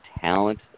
talent